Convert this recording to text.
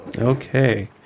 Okay